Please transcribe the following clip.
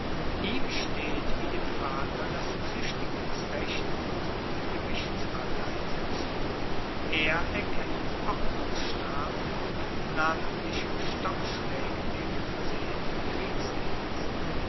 ihm steht wie dem vater das zuechtigungsrecht und die gerichtsbarkeit zu er erkennt ordnungsstrafen namentlich stockschlaege wegen versehen im kriegsdienst